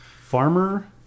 Farmer